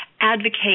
advocate